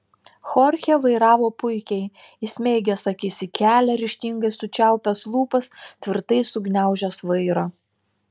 chorchė vairavo puikiai įsmeigęs akis į kelią ryžtingai sučiaupęs lūpas tvirtai sugniaužęs vairą